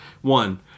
One